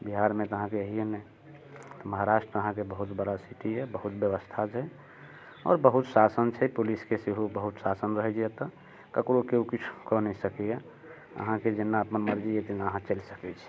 बिहारमे तऽ अहाँकेँ हैए नहि तऽ महाराष्ट्र अहाँकेँ बहुत बड़ा सिटी यऽ बहुत व्यवस्था छै आओर बहुत शासन छै पुलिसके सेहो बहुत शासन रहैया एतऽ केकरो केओ किछु कऽ नहि सकैया अहाँकेँ जेना अपना मर्जी यऽ तेना अहाँ चलि सकैत छी